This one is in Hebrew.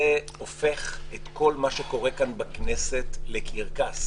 זה הופך את כל מה שקורה כאן בכנסת לקרקס.